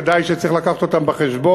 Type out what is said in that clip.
ודאי שיש לקחת אותם בחשבון.